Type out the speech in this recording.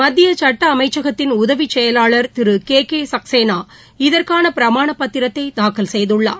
மத்தியசுட்டஅமைச்சகத்தின் உதவிசெயலாளா் திருகேகேசக்சேனா இதற்கானபிரமாணபத்திரத்தைதாக்கல் செய்துள்ளார்